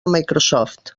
microsoft